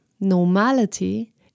normality